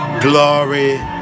glory